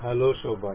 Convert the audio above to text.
hello সবাই